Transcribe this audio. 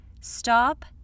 stop